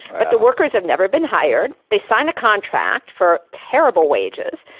but the workers have never been hired. they sign a contract for terrible wages,